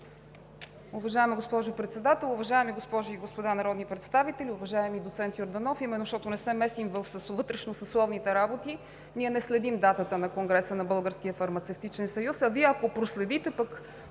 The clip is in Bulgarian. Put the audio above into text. Уважаема госпожо Председател, уважаеми госпожи и господа народни представители! Уважаеми доцент Йорданов, именно защото не се месим във вътрешно-съсловните работи, ние не следим датата на Конгреса на Българския фармацевтичен съюз. Ако пък проследите това,